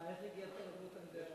עברה בקריאה ראשונה,